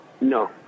No